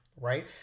Right